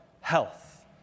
health